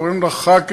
קוראים לחברי הכנסת,